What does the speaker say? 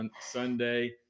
Sunday